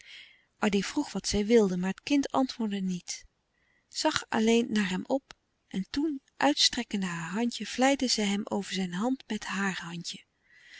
addy vroeg wat zij wilde maar het kind antwoordde niet zag alleen naar hem op en toen uitstrekkende haar handje vlijde zij hem over zijn hand met haar handje